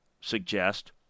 suggest